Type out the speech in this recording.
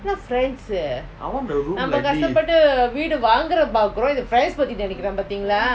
I want the room like this